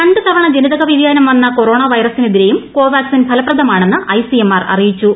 രണ്ട് തവണ ജനിതക വ്യതിയാനം വന്ന കൊറോണ വൈറസിനെതിരെയും കോവാക്സിൻ ഫലപ്രദമാണെന്ന് ഐസിഎംആർ അറിയിച്ചു വി